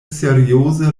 serioze